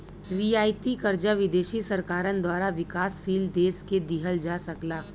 रियायती कर्जा विदेशी सरकारन द्वारा विकासशील देश के दिहल जा सकला